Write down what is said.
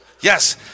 Yes